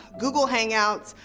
google hangouts,